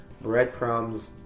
Breadcrumbs